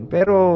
Pero